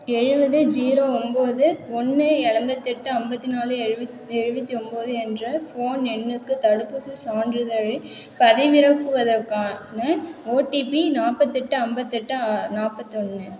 எழுபது ஜீரோ ஒம்பது ஒன்று எழம்பத்தெட்டு ஐம்பத்தி நாலு எழுபத் எழுநூற்றி ஒம்பது என்ற ஃபோன் எண்ணுக்கு தடுப்பூசிச் சான்றிதழைப் பதிவிறக்குவதற்கான ஓடிபி நாற்பத்தெட்டு ஐம்பத்தெட்டு நாற்பத்தொன்னு